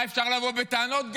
מה, אפשר לבוא בטענות?